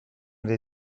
dei